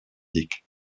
dyck